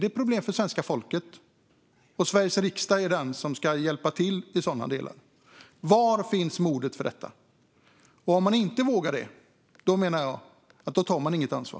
Det är ett problem för svenska folket, och det är Sveriges riksdag som ska hjälpa till i sådana delar. Var finns modet till detta? Om man inte vågar det menar jag att man inte tar ansvar.